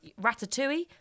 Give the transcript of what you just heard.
ratatouille